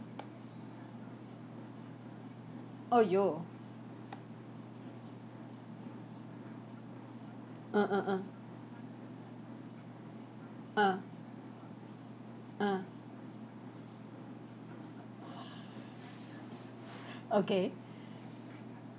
!aiyo! ah ah ah ah ah okay